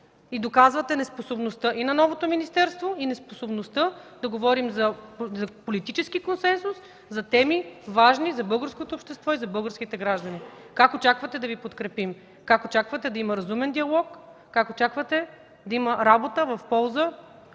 и доказвате неспособността и на новото министерство, и неспособността да говорим за политически консенсус, за теми, важни за българското общество и за българските граждани. Как очаквате да Ви подкрепим? Как очаквате да има разумен диалог, как очаквате да има работа в полза